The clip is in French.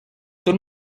tout